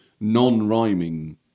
non-rhyming